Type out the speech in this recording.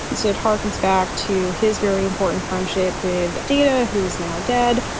so it harkens back to his very important friendship with dina, who is now dead.